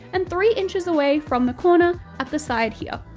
and three inches away from the corner at the side here.